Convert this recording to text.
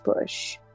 push